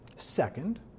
Second